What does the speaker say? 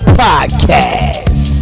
podcast